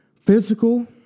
Physical